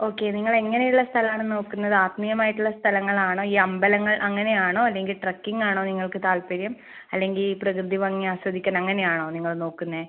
okay നിങ്ങൾ എങ്ങനെയുള്ള സ്ഥലമാണ് നോക്കുന്നത് ആത്മീയമായിട്ട് ഉള്ള സ്ഥലങ്ങളാണോ ഈ അമ്പലങ്ങൾ അങ്ങനെ ആണോ അല്ലെങ്കിൽ ട്രക്കിങ് ആണോ നിങ്ങൾക്ക് താല്പര്യം അല്ലെങ്കിൽ പ്രകൃതി ഭംഗി ആസ്വദിക്കൽ അങ്ങനെ ആണോ നിങ്ങൾ നോക്കുന്നത്